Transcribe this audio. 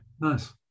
nice